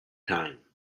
time